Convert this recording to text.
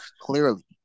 Clearly